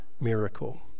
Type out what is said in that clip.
miracle